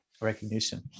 recognition